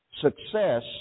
Success